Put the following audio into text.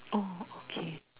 oh okay